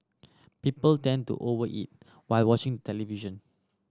people tend to over eat while watching television